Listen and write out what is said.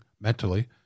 mentally